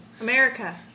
America